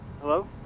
hello